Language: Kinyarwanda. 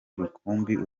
rukumbi